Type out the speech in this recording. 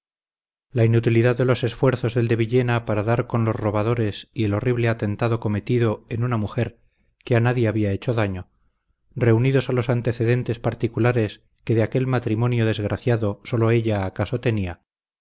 la inutilidad de los esfuerzos del de villena para dar con los robadores y el horrible atentado cometido en una mujer que a nadie había hecho daño reunidos a los antecedentes particulares que de aquel matrimonio desgraciado sólo ella acaso tenía